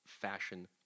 fashion